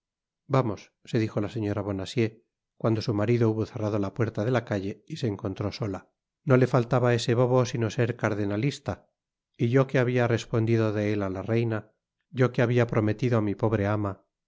vamos se dijo la señora bonacieux cuando su marido hubo cerrado la puerta de la calle y se encontró sola no le faltaba á ese bobo sino ser cardenalista y yo que habia respondido de él á la reina yo que habia prometido á mi pobre ama ay